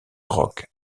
rock